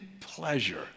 pleasure